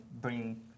bringing